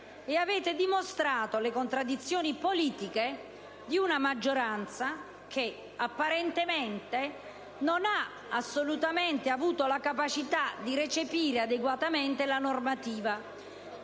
e avete dimostrato le contraddizioni politiche di una maggioranza che, apparentemente, non ha assolutamente avuto la capacità di recepire adeguatamente la normativa